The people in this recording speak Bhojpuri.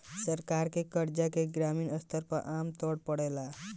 सरकार से कर्जा के समग्र स्तर आमतौर पर कर्ज से जी.डी.पी के अनुपात के रूप में देखावल जाला